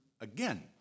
again